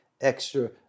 extra